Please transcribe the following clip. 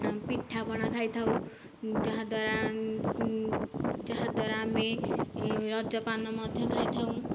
ପିଠାପଣା ଖାଇଥାଉ ଯାହାଦ୍ଵାରା ଯାହାଦ୍ଵାରା ଆମେ ରଜ ପାନ ମଧ୍ୟ ଖାଇଥାଉ